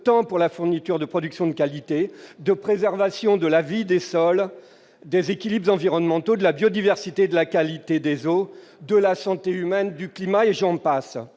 tant pour la fourniture de productions de qualité, de préservation de la vie des sols déséquilibres environnementaux de la biodiversité de la qualité des eaux de la santé humaine, du climat et j'en passe